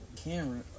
camera